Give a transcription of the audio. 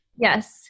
Yes